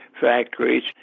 factories